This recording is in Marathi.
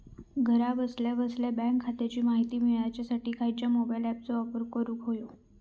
घरा बसल्या बसल्या बँक खात्याची माहिती मिळाच्यासाठी खायच्या मोबाईल ॲपाचो वापर करूक होयो?